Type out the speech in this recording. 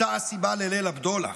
הייתה הסיבה לליל הבדולח.